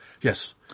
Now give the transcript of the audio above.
Yes